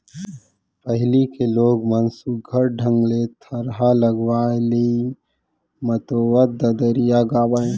पहिली के लोगन मन सुग्घर ढंग ले थरहा लगावय, लेइ मतोवत ददरिया गावयँ